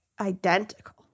identical